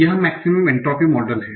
यह maximum entropy model है